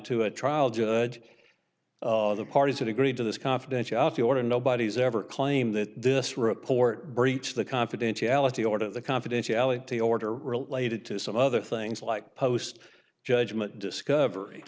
to a trial judge the parties have agreed to this confidentiality order nobody's ever claimed that this report breach the confidentiality order the confidentiality order related to some other things like post judgment